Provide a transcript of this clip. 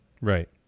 Right